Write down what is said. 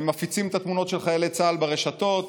הם מפיצים את התמונות של חיילי צה"ל ברשתות,